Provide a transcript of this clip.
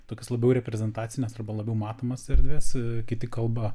tokias labiau reprezentacines arba labiau matomas erdves kiti kalba